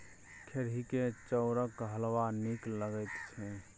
खेरहीक चाउरक हलवा नीक लगैत छै